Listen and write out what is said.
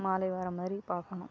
மாலை வர மாதிரி பார்க்கணும்